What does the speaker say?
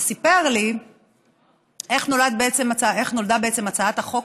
והוא סיפר לי איך נולדה בעצם הצעת החוק